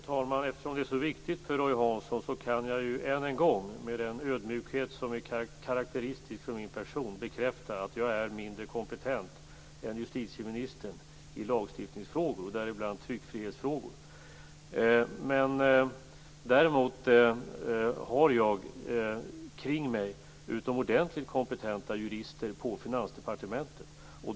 Fru talman! Eftersom det är så viktigt för Roy Hansson kan jag än en gång, med den ödmjukhet som är karakteristisk för min person, bekräfta att jag är mindre kompetent än justitieministern i lagstiftningsfrågor, och däribland tryckfrihetsfrågor. Däremot har jag kring mig utomordentligt kompetenta jurister på Finansdepartementet.